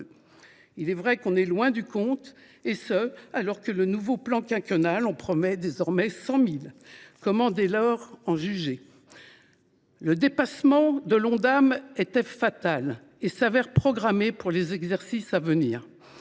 Il est vrai que l’on est loin du compte, et ce alors que le nouveau plan quinquennal en promet désormais 100 000. Dès lors, comment en juger ? Le dépassement de l’Ondam était inévitable et semble programmé pour les exercices à venir.